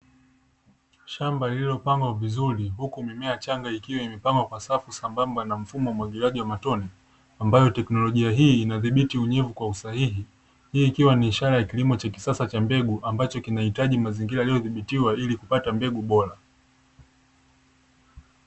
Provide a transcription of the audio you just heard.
Shamba lililopangwa vizuri huku mimea changa ikiwa imepangwa kwa safu sambamba na mfumo wa umwagiliaji wa matone, ambayo teknolojia hii inadhibiti unyevu kwa usahihi; hii ikiwa ni ishara ya kilimo cha kisasa cha mbegu ambacho kinahitaji mazingira yaliyo dhibitiwa ili kupata mbegu bora.